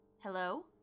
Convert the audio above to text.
Hello